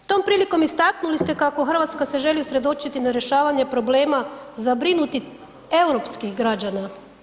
Tom prilikom istaknuli ste kako RH se želi usredočiti na rješavanje problema zabrinutih europskih građana.